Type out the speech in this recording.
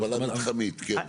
הגבלה מתחמית, כן.